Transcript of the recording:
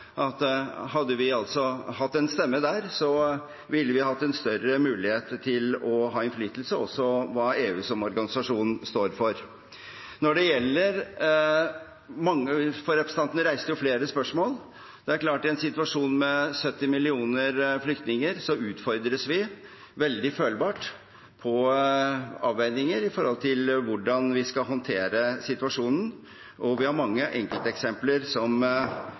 SV. Hadde vi hatt en stemme der, ville vi hatt større mulighet til å ha innflytelse, også om det EU som organisasjon står for. Representanten reiste flere spørsmål. Det er klart at i en situasjon med 70 millioner flyktninger utfordres vi – veldig følbart – på avveininger med tanke på hvordan vi skal håndtere situasjonen. Og vi har mange enkelteksempler som